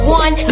one